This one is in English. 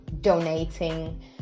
donating